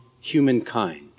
humankind